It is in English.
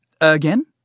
Again